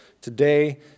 today